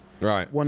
Right